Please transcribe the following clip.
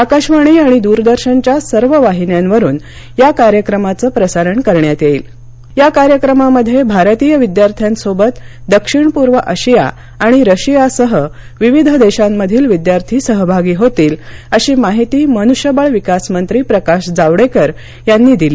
आकाशवाणी आणि द्रदर्शनच्या सर्व वाहिन्यांवरून या कार्यक्रमाचं प्रसारण करण्यात येईल या कार्यक्रमामध्ये भारतीय विद्यार्थांसोबत दक्षिण पूर्व अशिया आणि रशरया सह विविध देशांमधील विद्यार्थी सहभागी होतील अशी माहिती मनुष्यबळ विकास मंत्री प्रकाश जावडेकर यांनी दिली